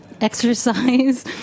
exercise